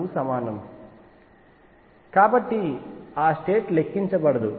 కు సమానం కాబట్టి ఆ స్టేట్ లెక్కించబడదు